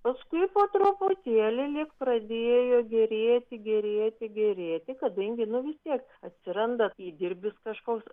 paskui po truputėlį lyg pradėjo gerėti gerėti gerėti kadangi nu vis tiek atsiranda įdirbis kažkoks